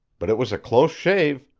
but it was a close shave.